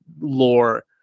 lore